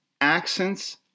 accents